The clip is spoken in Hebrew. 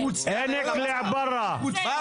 ת'חפף.